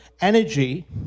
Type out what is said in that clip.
energy